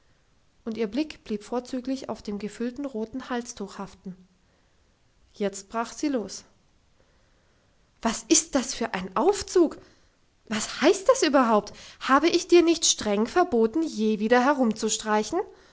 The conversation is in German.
und ihr blick blieb vorzüglich auf dem gefüllten roten halstuch haften jetzt brach sie los was ist das für ein aufzug was heißt das überhaupt habe ich dir nicht streng verboten je wieder herumzustreichen